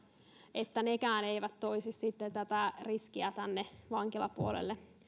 että nekään eivät toisi sitten tätä riskiä tänne vankilapuolelle